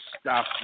stop